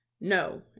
No